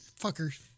Fuckers